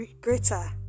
greater